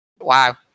Wow